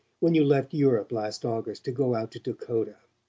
when you left europe last august to go out to dakota?